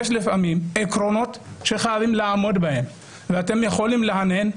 יש לפעמים עקרונות שחייבים לעמוד בהם ואתם יכולים להנהן,